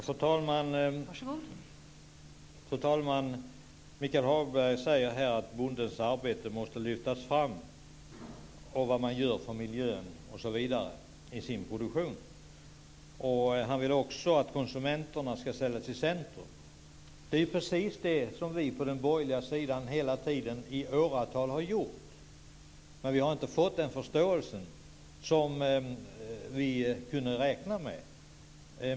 Fru talman! Michael Hagberg säger här att bondens arbete, vad man gör för miljön i sin produktion osv. måste lyftas fram. Han vill också att konsumenterna ska ställas i centrum. Det är precis det som vi på den borgerliga sidan hela tiden har gjort i åratal, men vi har inte fått den förståelse som vi hade räknat med.